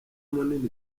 munini